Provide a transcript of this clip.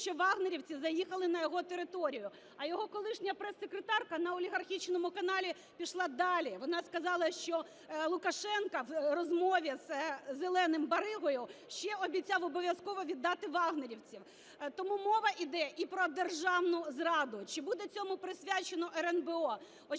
що "вагнерівці" заїхали на його територію. А його колишня прессекретарка на олігархічному каналі пішла далі, вона сказала, що Лукашенко в розмові із "зеленим баригою" ще обіцяв обов'язково віддати "вагнерівців". Тому мова йде і про державну зраду. Чи буде цьому присвячено РНБО?